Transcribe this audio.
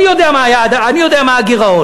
אני יודע מה היעד, אני יודע מה הגירעון,